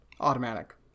Automatic